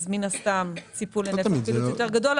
מן הסתם ציפו לנפח פעילות יותר גדול.